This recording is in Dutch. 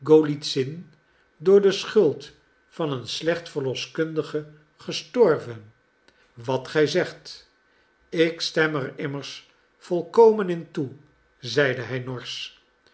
golizin door de schuld van een slecht verloskundige gestorven wat gij zegt ik stem er immers volkomen in toe zeide hij norsch